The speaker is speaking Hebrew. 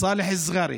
סאלח אל-זע'ארי,